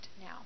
now